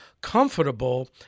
comfortable